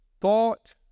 Thought